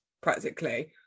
practically